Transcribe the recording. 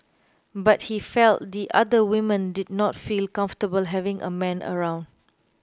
but he felt the other women did not feel comfortable having a man around